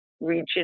region